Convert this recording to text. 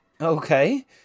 Okay